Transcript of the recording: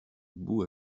boue